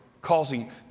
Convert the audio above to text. Causing